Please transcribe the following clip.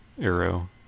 Arrow